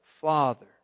Father